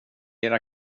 era